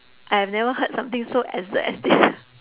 I have never heard something so absurd as this